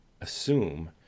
assume